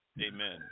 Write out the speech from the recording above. Amen